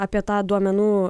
apie tą duomenų